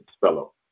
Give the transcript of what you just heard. fellow